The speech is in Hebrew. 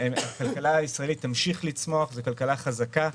הכלכלה הישראלית תמשיך לצמוח, היא כלכלה חזקה,